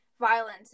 violence